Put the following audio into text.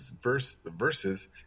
verses